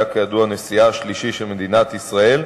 שהיה כידוע נשיאה השלישי של מדינת ישראל,